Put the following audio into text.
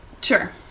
sure